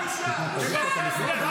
בושה, בושה.